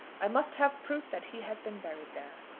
i must have proof that he has been buried there.